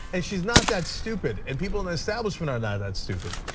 and she's not that stupid, and people in the establishment are not that stupid.